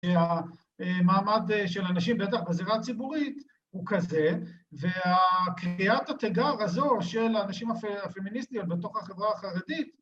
‫שהמעמד של אנשים, בטח בזירה הציבורית, ‫הוא כזה, ‫והקריאת התיגר הזו של הנשים ‫הפמיניסטיות בתוך החברה החרדית...